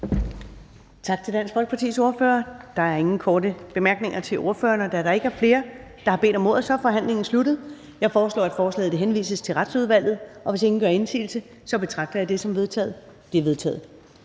Tak til hr. Peter Skaarup. Der er ikke flere korte bemærkninger til ordføreren. Da der ikke er flere, der har bedt om ordet, er forhandlingen sluttet. Jeg foreslår, at forslaget til folketingsbeslutning henvises til Erhvervsudvalget, og hvis ingen gør indsigelse, betragter jeg det som vedtaget. Det er vedtaget.